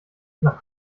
nach